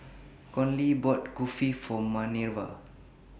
Conley bought Kulfi For Manerva